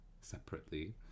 separately